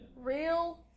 Real